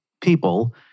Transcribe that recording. people